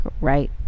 right